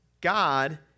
God